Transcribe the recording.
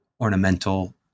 ornamental